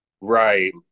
right